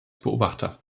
beobachter